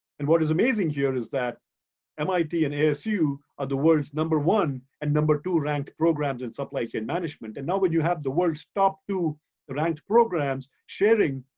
and what is amazing here is that mit and asu are the world's number one and number two ranked programs in supply chain management. and now when you have the world's top two ranked programs, sharing,